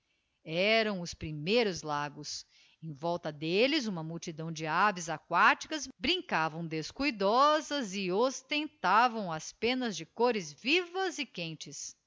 eram os primeiros lagos em volta d'elles uma multidão de aves aquáticas brincavam descuidosas e ostentavam as pennas de cores vivas e quentes